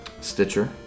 Stitcher